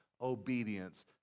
obedience